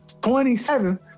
27